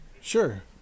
Sure